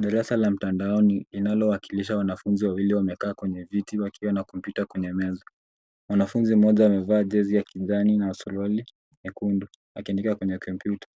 Darasa la mtandaoni linalowakilisha wanafunzi wawili wamekaa kwenye viti wakiwa na kompyuta kwenye meza. Mwanafunzi mmoja amevaa jezi ya kijani na suruali nyekundu akiangalia kwenye kompyuta.